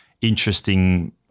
interesting